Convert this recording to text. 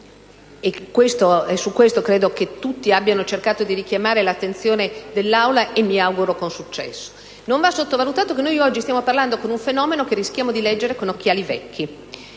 e su questo credo che tutti abbiano cercato di richiamare l'attenzione dell'Aula e mi auguro con successo - che oggi stiamo parlando di un fenomeno che rischiamo di leggere con occhiali vecchi.